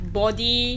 body